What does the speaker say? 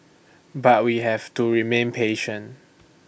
but we have to remain patient